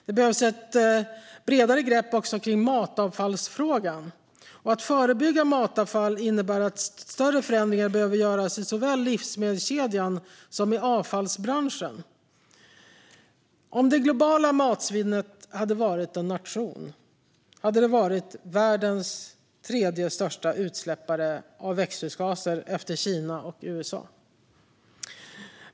Det behövs också ett bredare grepp kring matavfallsfrågan. För att förebygga matavfall behöver större förändringar göras i såväl livsmedelskedjan som avfallsbranschen. Om det globala matsvinnet hade varit en nation hade det varit världens tredje största utsläppare av växthusgaser efter Kina och USA.